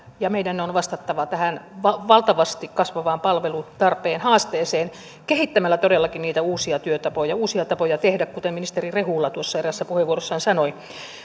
ja meidän on vastattava tähän valtavasti kasvavaan palvelutarpeen haasteeseen kehittämällä todellakin niitä uusia työtapoja uusia tapoja tehdä kuten ministeri rehula tuossa eräässä puheenvuorossaan sanoi